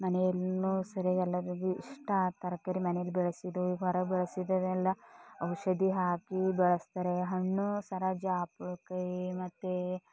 ಮನೆಯಲ್ಲಿನೂ ಸರಿ ಎಲ್ಲರಿಗೂ ಇಷ್ಟ ತರಕಾರಿ ಮನೆಯಲ್ಲಿ ಬೆಳೆಸೋದು ಹೊರಗೆ ಬೆಳಸಿದವೆಲ್ಲ ಔಷಧಿ ಹಾಕಿ ಬೆಳೆಸ್ತಾರೆ ಹಣ್ಣು ಸರ ಮತ್ತು